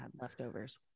leftovers